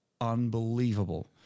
unbelievable